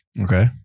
Okay